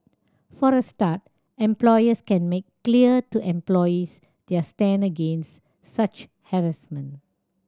for a start employers can make clear to employees their stand against such harassment